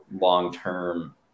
long-term